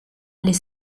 les